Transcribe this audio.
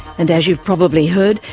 and as you have probably heard,